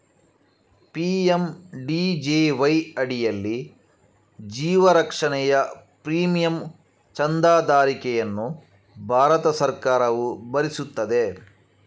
PMJDY ಅಡಿಯಲ್ಲಿ ಜೀವ ರಕ್ಷಣೆಯ ಪ್ರೀಮಿಯಂ ಚಂದಾದಾರಿಕೆಯನ್ನು ಭಾರತ ಸರ್ಕಾರವು ಭರಿಸುತ್ತದೆ